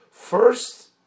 First